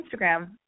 Instagram